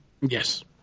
Yes